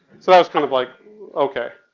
so that was kind of like ok.